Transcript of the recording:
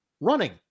running